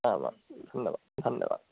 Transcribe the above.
आमां धन्यवादः धन्यवादः